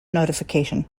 notification